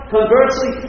Conversely